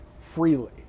freely